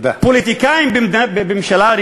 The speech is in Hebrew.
פוליטיקאים בממשלה, תודה.